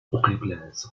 укрепляется